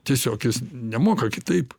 tiesiog jis nemoka kitaip